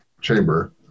chamber